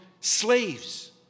slaves